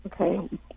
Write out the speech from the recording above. Okay